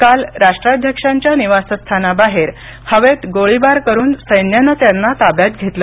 काल राष्ट्राध्यक्षांच्या निवासस्थानाबाहेर हवेत गोळीबार करुन सैन्यानं त्यांना ताब्यात घेतलं